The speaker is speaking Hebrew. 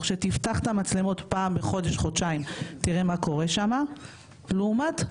שתפתח אותן פעם בחודש או חודשיים על מנת לראות מה קורה במקום לבוא לגן,